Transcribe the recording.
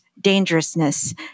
dangerousness